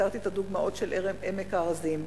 והזכרתי את הדוגמאות של עמק הארזים,